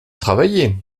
travailler